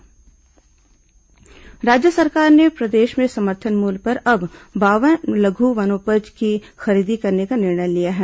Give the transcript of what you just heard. लघ् वनोपज खरीदी राज्य सरकार ने प्रदेश में समर्थन मूल्य पर अब बावन लघ् वनोपजों की खरीदी करने का निर्णय लिया है